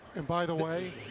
and by the way,